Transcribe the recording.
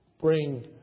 bring